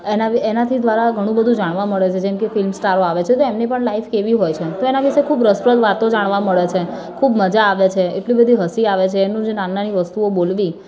એના બી એનાથી દ્વારા ઘણું બધું જાણવા મળે છે જેમ કે ફિલ્મ સ્ટારો આવે છે તો એમની પણ લાઈફ કેવી હોય છે તો એના વિષે ખૂબ રસપ્રદ વાતો જાણવા મળે છે ખૂબ મજા આવે છે એટલી બધી હસી આવે છે એનું જે નાની નાની વસ્તુઓ બોલવી